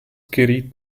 geriet